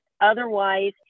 otherwise